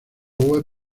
web